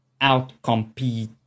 outcompete